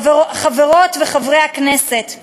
חברות וחברי הכנסת,